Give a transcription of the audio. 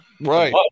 Right